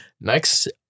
Next